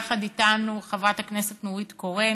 זאת השנה השלישית שיחד איתנו חברת הכנסת נורית קורן.